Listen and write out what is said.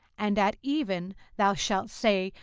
and at even thou shalt say,